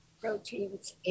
Proteins